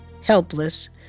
helpless